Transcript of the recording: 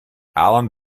alan